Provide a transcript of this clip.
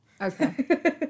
okay